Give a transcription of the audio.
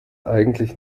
eigentlich